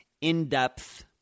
in-depth